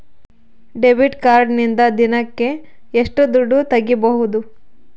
Debit ಕಾರ್ಡಿನಿಂದ ದಿನಕ್ಕ ಎಷ್ಟು ದುಡ್ಡು ತಗಿಬಹುದು?